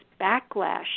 backlash